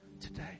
today